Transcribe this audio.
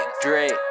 drake